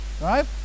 Right